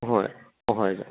ꯑꯍꯣꯏ ꯑꯍꯣꯏ ꯑꯣꯖꯥ